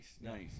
nice